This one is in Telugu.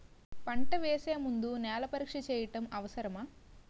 పంట వేసే ముందు నేల పరీక్ష చేయటం అవసరమా?